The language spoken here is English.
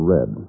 Red